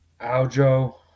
Aljo